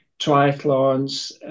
triathlons